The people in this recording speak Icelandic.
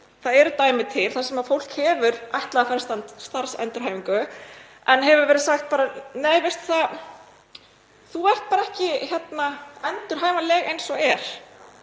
Það eru dæmi til þar sem fólk hefur ætlað að fara í starfsendurhæfingu en hefur verið sagt bara: Nei, veistu það, þú ert bara ekki endurhæfanleg eins og er.